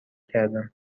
کردم